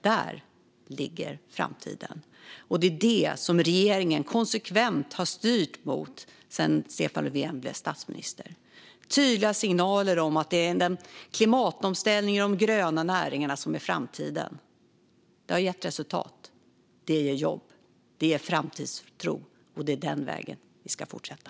Där ligger framtiden, och det är det som regeringen konsekvent har styrt mot sedan Stefan Löfven blev statsminister. Vi har gett tydliga signaler om att det är klimatomställningen och de gröna näringarna som är framtiden. Det har gett resultat. Det ger jobb. Det ger framtidstro. Det är den vägen vi ska fortsätta.